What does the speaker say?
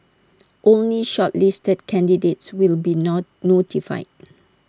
only shortlisted candidates will be not notified